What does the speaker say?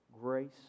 grace